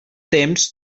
temps